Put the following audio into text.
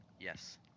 Yes